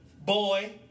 boy